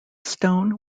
stone